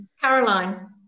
Caroline